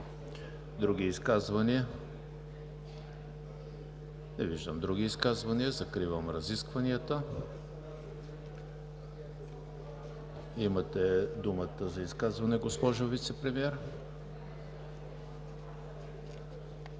Други изказвания? Не виждам други изказвания. Закривам разискванията. Имате думата за изказване, госпожо Вицепремиер.